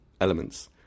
elements